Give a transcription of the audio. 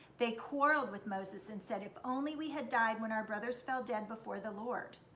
they quarreled with moses and said if only we had died when our brothers fell dead before the lord.